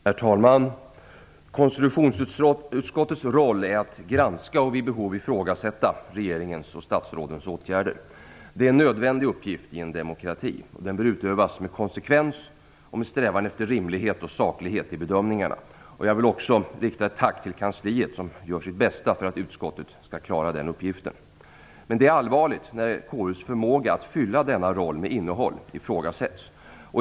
Herr talman! Konstitutionsutskottets roll är att granska och vid behov ifrågasätta regeringens och statsrådens åtgärder. Det är en nödvändig uppgift i en demokrati, och den bör utövas med konsekvens och med strävan efter rimlighet och saklighet i bedömningarna. Jag vill också här rikta ett tack till kansliet, som gör sitt bästa för att utskottet skall klara den uppgiften. Det är allvarligt när KU:s förmåga att fylla denna roll med innehåll ifrågasätts.